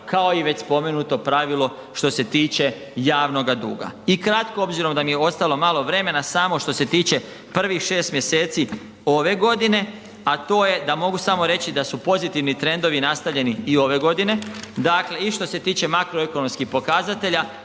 kao i već spomenuto pravilo što se tiče javnoga duga. I kratko, obzirom da mi je ostalo malo vremena, samo što se tiče prvih 6 mjeseci ove godine, a to je da mogu samo reći da su pozitivni trendovi nastavljeni i ove godine, dakle i što se tiče makroekonomskih pokazatelja,